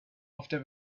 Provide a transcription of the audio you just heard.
after